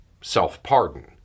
self-pardon